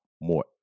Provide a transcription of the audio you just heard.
more